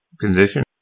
condition